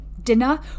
dinner